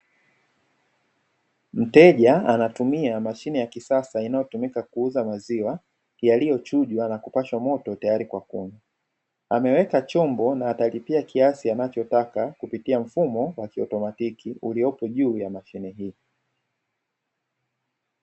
Mteja anatumia mashine ya kisasa inayotumika kuuza maziwa yaliyochujwa na kupashwa moto, tayari kwa kunywa ameweka chombo na atalipia kiasi anachotaka kupitia mfumo wa kiautomatiki uliopo juu ya mashine hii.